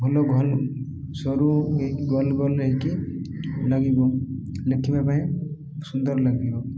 ଭଲ ଗଲ୍ ସରୁ ଗୋଲ ଗୋଲ ହେଇକି ଲାଗିବ ଲେଖିବା ପାଇଁ ସୁନ୍ଦର ଲାଗିବ